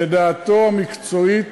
לדעתו המקצועית,